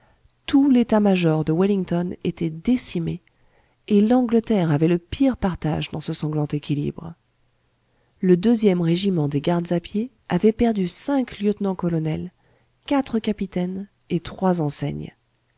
tout l'état-major de wellington était décimé et l'angleterre avait le pire partage dans ce sanglant équilibre le ème régiment des gardes à pied avait perdu cinq lieutenants colonels quatre capitaines et trois enseignes